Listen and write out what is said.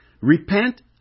repent